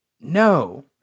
No